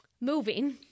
moving